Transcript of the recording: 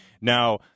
Now